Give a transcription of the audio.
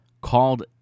called